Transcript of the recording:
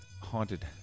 haunted